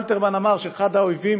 אלתרמן אמר שאחד האויבים